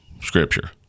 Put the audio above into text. Scripture